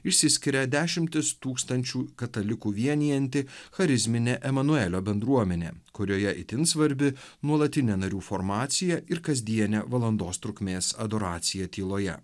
išsiskiria dešimtis tūkstančių katalikų vienijanti charizminė emanuelio bendruomenė kurioje itin svarbi nuolatinė narių formacija ir kasdienė valandos trukmės adoracija tyloje